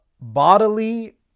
bodily